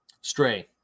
Stray